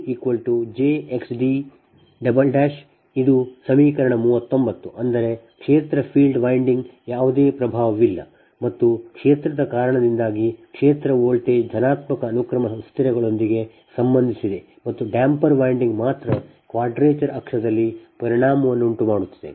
ಉದಾಹರಣೆಗೆ Z2jXd ಇದು ಸಮೀಕರಣ 39 ಅಂದರೆ ಕ್ಷೇತ್ರ field winding ಯಾವುದೇ ಪ್ರಭಾವವಿಲ್ಲ ಮತ್ತು ಕ್ಷೇತ್ರದ ಕಾರಣದಿಂದಾಗಿ ಕ್ಷೇತ್ರ ವೋಲ್ಟೇಜ್ ಧನಾತ್ಮಕ ಅನುಕ್ರಮ ಅಸ್ಥಿರಗಳೊಂದಿಗೆ ಸಂಬಂಧಿಸಿದೆ ಮತ್ತು ಡ್ಯಾಂಪರ್ ವೈಂಡಿಂಗ್ ಮಾತ್ರ ಕ್ವಾಡ್ರೇಚರ್ ಅಕ್ಷದಲ್ಲಿ ಪರಿಣಾಮವನ್ನು ಉಂಟುಮಾಡುತ್ತದೆ